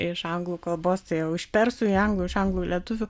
iš anglų kalbos tai jau iš persų į anglų iš anglų į lietuvių